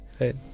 right